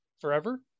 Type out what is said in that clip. forever